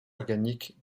organique